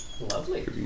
Lovely